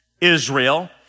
Israel